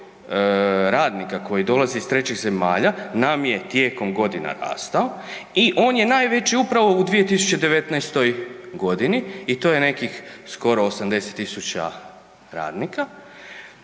radnika koji dolaze iz trećih zemalja nam je tijekom godina rastao i on je najveći upravo u 2019. g. i to je nekih skoro 80 000 radnika